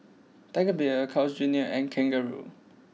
Tiger Beer Carl's Junior and Kangaroo